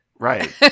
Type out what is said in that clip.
Right